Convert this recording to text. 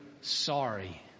sorry